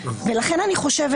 אני חושבת